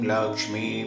Lakshmi